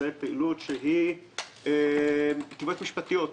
הוא עיסוק בתביעות משפטיות,